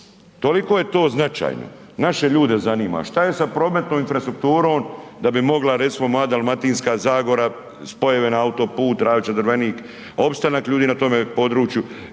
Toliko je to značajno. Naše ljude zanima šta je sa prometnom infrastrukturom da bi mogla recimo moja Dalmatinska zagora spojeve na autoput Ravča-Drvenik, opstanak ljudi na tome području.